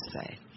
say